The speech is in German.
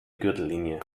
gürtellinie